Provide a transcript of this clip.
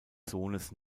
sohnes